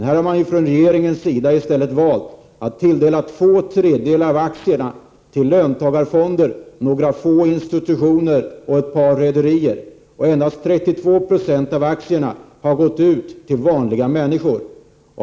Här har man från regeringens sida i stället valt att tilldela löntagarfonder några få institutioner och ett par rederier, två tredjedelar av aktierna. Endast 32 Yo av aktierna har gått ut till vanliga människor.